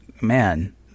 man